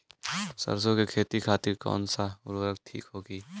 सरसो के खेती खातीन कवन सा उर्वरक थिक होखी?